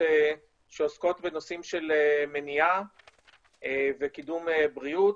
שעוסקות בנושאים של מניעה וקידום בריאות,